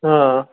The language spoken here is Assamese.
অঁ